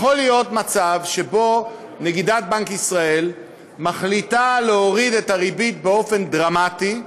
יכול להיות מצב שנגידת בנק ישראל מחליטה להוריד את הריבית באופן דרמטי,